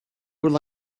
would